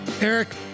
Eric